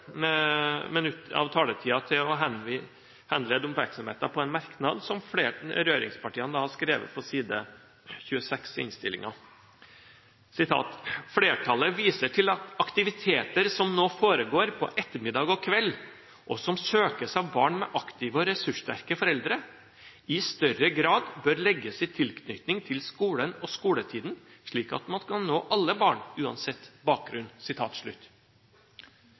av taletiden til å henlede oppmerksomheten på en merknad som regjeringspartiene har skrevet, på side 26 i innstillingen: «Flertallet viser til at aktiviteter som nå foregår på ettermiddag og kveld og som søkes av barn med aktive og ressurssterke foreldre, i større grad bør legges i tilknytning til skolen og skoletiden, slik at man kan nå alle barn, uansett bakgrunn.»